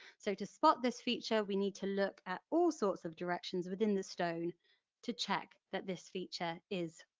so to spot this feature we need to look at all sort of directions within the stone to check that this feature is,